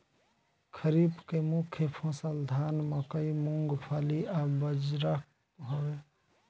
खरीफ के मुख्य फसल धान मकई मूंगफली आ बजरा हवे